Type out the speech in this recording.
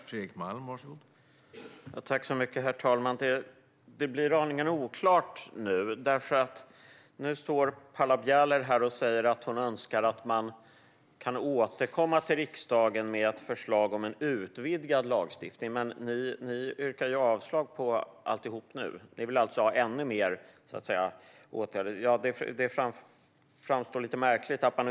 Herr talman! Nu blir det aningen oklart. Paula Bieler står här och säger att hon önskar att man kan återkomma till riksdagen med ett förslag om en utvidgad lagstiftning. Men nu yrkar ni ju avslag på alltihop, Paula Bieler. Ändå vill ni alltså ha ännu mer.